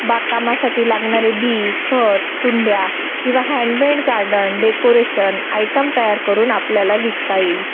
बागकामासाठी लागणारे बी खत कुंड्या किंवा हँडमेंड गार्डन डेकोरेशन आयटम तयार करून आपल्याला विकता येईल